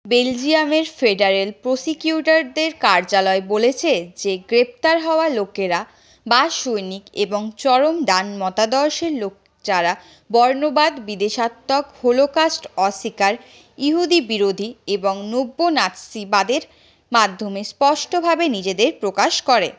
বেলজিয়ামের ফেডারেল প্রসিকিউটরদের কার্যালয় বলেছে যে গ্রেপ্তার হওয়া লোকেরা বা সৈনিক এবং চরম ডান মতাদর্শের লোক যারা বর্ণবাদ বিদেশাতঙ্ক হলোকস্ট অস্বীকার ইহুদি বিরোধি এবং নব্য নাৎসিবাদের মাধ্যমে স্পষ্টভাবে নিজেদের প্রকাশ করে